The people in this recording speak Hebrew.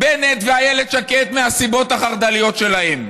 בנט ואיילת שקד מהסיבות החרד"ליות שלהם,